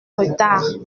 retard